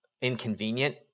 inconvenient